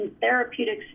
Therapeutics